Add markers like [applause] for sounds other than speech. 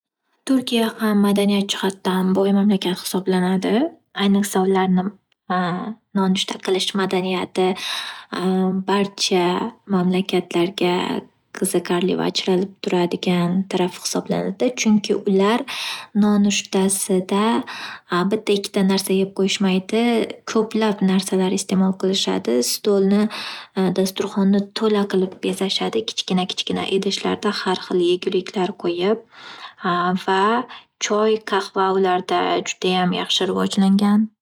Turkiya ham madaniyat jihatdan boy mamlakat hisoblanadi, ayniqsa ularni nonushta qilish madaniyati [hesitation] barcha mamlakatlarga qiziqarli va ajralib turadigan tarafi hisoblanadi. Chunki ular nonushtasida bitta ikkita narsa yeb qoyishmaydi ko’plab narsalar iste’mol qilishadi. Stolni dasturxonni to’la qilib bezashadi. Kichkina kichkina idishlarda har hil yeguvliklar qo’yib va choy qahva ularda juda yaxshi rivojlangan.